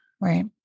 Right